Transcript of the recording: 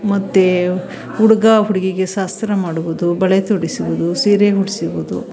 ಮತ್ತು ಹುಡುಗ ಹುಡುಗಿಗೆ ಶಾಸ್ತ್ರ ಮಾಡುವುದು ಬಳೆ ತೊಡಿಸುವುದು ಸೀರೆ ಉಡಿಸುವುದು